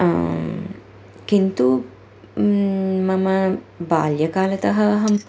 किन्तु मम बाल्यकालात् अहं